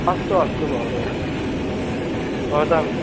अस्तु अस्तु महोदय भवतां